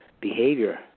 behavior